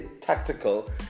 tactical